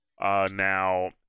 Now